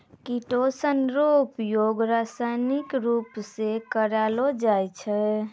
chitosan रो उपयोग रासायनिक रुप से करलो जाय छै